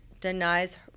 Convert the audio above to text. denies